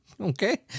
Okay